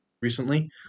recently